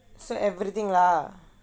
so everything lah